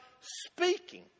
speaking